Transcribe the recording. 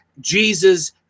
Jesus